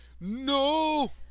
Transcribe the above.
No